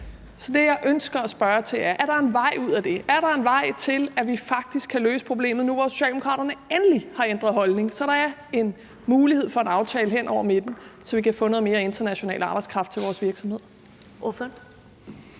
Så det, jeg ønsker at spørge til, er, om der er en vej ud af det. Er der en vej til, at vi faktisk kan løse problemet nu, hvor Socialdemokraterne endelig har ændret holdning, så der er en mulighed for en aftale hen over midten, og så vi kan få noget mere international arbejdskraft til vores virksomheder?